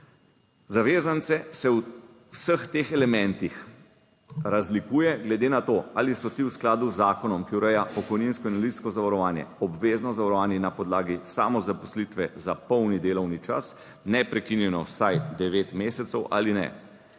Zavezance se v vseh teh elementih razlikuje glede na to, ali so ti v skladu z zakonom, ki ureja pokojninsko in invalidsko zavarovanje obvezno zavarovani na podlagi samozaposlitve za polni delovni čas neprekinjeno vsaj devet mesecev ali ne.